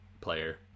player